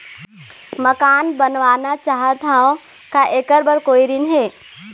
मकान बनवाना चाहत हाव, का ऐकर बर कोई ऋण हे?